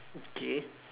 okay